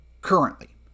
currently